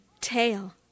tail